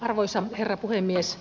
arvoisa herra puhemies